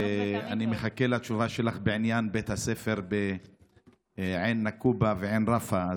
ואני מחכה לתשובה שלך בעניין בית הספר בעין נקובא ועין ראפה,